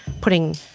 putting